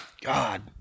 God